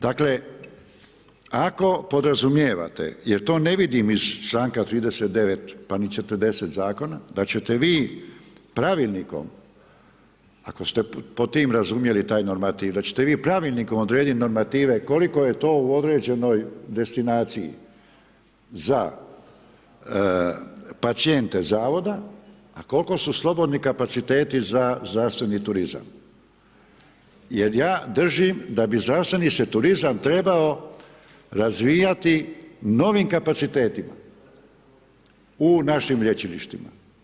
Dakle, ako podrazumijevate jer to ne vidim iz članka 39. pa ni 40. zakona da ćete vi pravilnikom ako ste pod tim razumjeli taj normativ, da ćete vi pravilnikom odrediti normative koliko je to u određenoj destinaciji za pacijente zavoda a koliko su slobodni kapaciteti za zdravstveni turizam jer ja držim da bi zdravstveni se turizam trebao razvijati novim kapacitetima u našim lječilištima.